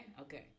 Okay